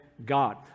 God